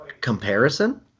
comparison